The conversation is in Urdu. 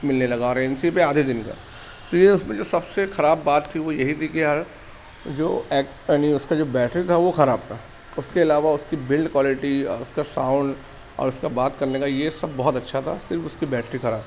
ملنے لگا اور اے این سی پہ آدھے دن کا تو یہ اس میں جو سب سے خراب بات تھی وہ یہی تھی کہ یار جو یعنی اس کا جو بیٹری تھا وہ خراب تھا اس کے علاوہ اس کی بلڈ کوالٹی اور اس کا ساؤنڈ اور اس کا بات کرنے کا یہ سب بہت اچھا تھا صرف اس کی بیٹری خراب تھی